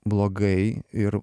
blogai ir